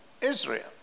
Israel